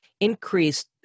increased